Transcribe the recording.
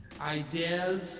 ideas